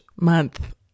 month